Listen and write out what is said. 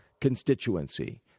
constituency